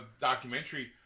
documentary